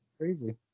crazy